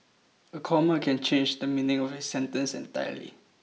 a comma can change the meaning of a sentence entirely